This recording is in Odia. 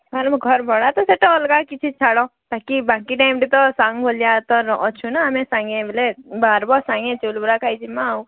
ଘର୍ ଭଡ଼ା ତ ସେଟା ଅଲଗା କିଛି ଛାଡ଼ ବାକି ବାକି ଟାଇମ୍ରେ ତ ସାଙ୍ଗ୍ ଭଲିଆ ତ ଅଛୁଁ ଆମେ ସାଙ୍ଗେ ବେଲେ ବାହର୍ବ ସାଙ୍ଗେ ଚଉଲ୍ ବରା ଖାଇଜିମାଁ ଆଉ